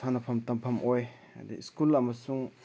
ꯁꯥꯟꯅꯐꯝ ꯇꯝꯐꯝ ꯑꯣꯏ ꯍꯥꯏꯗꯤ ꯁ꯭ꯀꯨꯜ ꯑꯃꯁꯨꯡ